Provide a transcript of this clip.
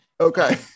Okay